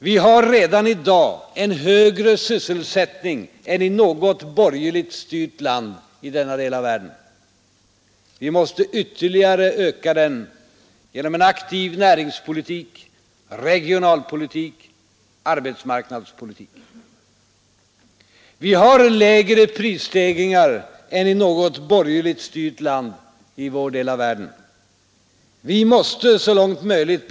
Vi har redan i dag en högre sysselsättning än i något borgerligt styrt land i denna vår del av världen. Vi måste ytterligare öka den genom en aktiv näringspolitik, regionalpolitik, arbetsmarknadspolitik. Vi har lägre prisstegringar än i något borgerligt styrt land i vår del av änsa dem och värna stabiliteten i världen.